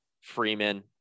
Freeman